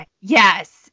yes